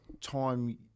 time